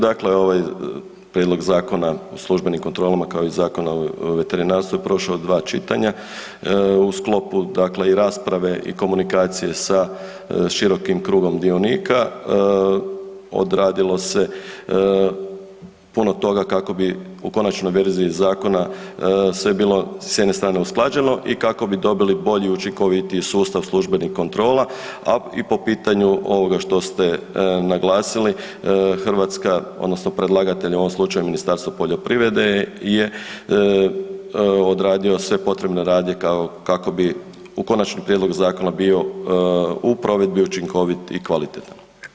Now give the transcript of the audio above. Dakle, ovaj prijedlog Zakon o službenim kontrolama kao i Zakona o veterinarstvu, prošao je dva čitanja, u sklopu dakle i rasprave i komunikacije sa širom krugom dionika, odradilo se puno toga kako bi u konačnoj verziji zakona sve bilo s jedne strane usklađeno i kako bi dobili bolji i učinkovitiji sustav službenih kontrola a i po pitanju ovoga što ste naglasili, Hrvatska odnosno predlagatelj u ovom slučaju, Ministarstvo poljoprivrede je odradilo sve potrebne radnje kako bi u konačni prijedlog zakona bio u provedbi učinkovit i kvalitetan.